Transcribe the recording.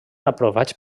aprovats